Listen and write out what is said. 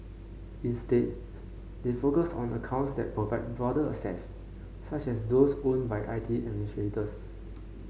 instead they focus on accounts that provide broader access such as those owned by I T administrators